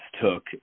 took